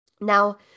Now